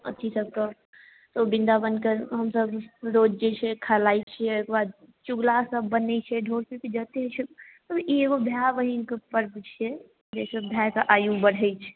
अथी सभके ओ वृन्दावनके हमसभ रोजजे छै खेलाइ छियै ओइके बाद चुगला सभ बनै छै ढ़ोल पिपही जते सभ ई एगो भाय बहिनके पर्व छियै जैसँ भायके आयु बढ़ै छै